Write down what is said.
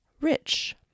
rich